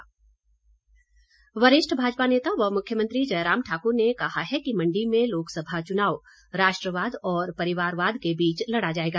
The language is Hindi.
जयराम वरिष्ठ भाजपा नेता व मुख्यमंत्री जयराम ठाकुर ने कहा है कि मंडी में लोकसभा चुनाव राष्ट्रवाद और परिवारवाद के बीच लड़ा जाएगा